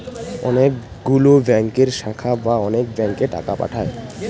অনেক গুলো ব্যাংকের শাখা বা অন্য ব্যাংকে টাকা পাঠায়